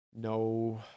No